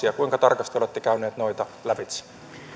ja kuinka tarkasti olette käyneet noita lävitse